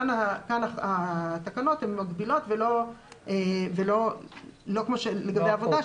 כאן התקנות הן מגבילות ולא כמו לגבי עבודה,